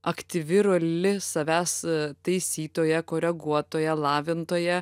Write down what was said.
aktyvi ir uoli savęs taisytoja koreguotoja lavintoja